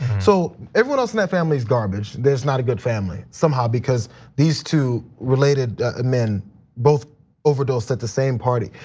so everyone else in that family is garbage. there's not a good family somehow, because these two related ah men both overdosed at the same party.